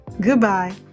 goodbye